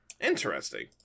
Interesting